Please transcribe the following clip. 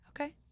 okay